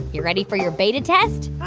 you ready for your beta test?